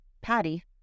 Patty